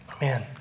Man